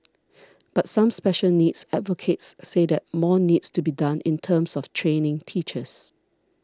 but some special needs advocates say that more needs to be done in terms of training teachers